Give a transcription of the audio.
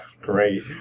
Great